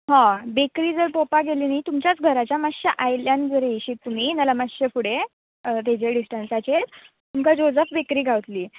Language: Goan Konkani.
हय बेकरी जर पळोवपाक गेली न्ही तुमच्याच घराच्या मात्श्या आयल्यान जर येयशीत तुमी नाल्या मात्शें फुडें तेजेर डिसटंसाचेर तुमकां जोझफ बेकरी गावत्ली